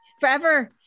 forever